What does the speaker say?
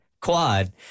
quad